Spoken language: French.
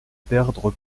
perdre